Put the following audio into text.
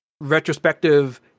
retrospective